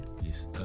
Yes